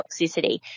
toxicity